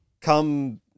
Come